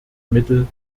mittel